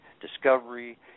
discovery